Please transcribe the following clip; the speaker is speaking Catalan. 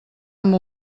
amb